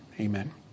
Amen